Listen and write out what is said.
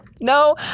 No